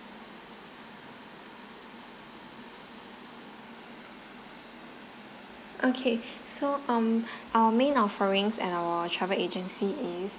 okay so um our main offerings at our travel agency is